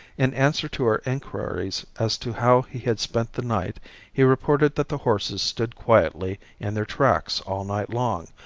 in answer to our inquiries as to how he had spent the night he reported that the horses stood quietly in their tracks all night long,